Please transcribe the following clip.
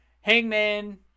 hangman